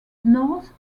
north